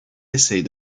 essaye